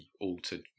altered